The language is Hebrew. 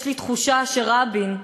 יש לי תחושה שרבין,